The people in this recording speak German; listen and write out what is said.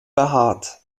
behaart